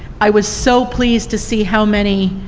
i was so pleased to see how many,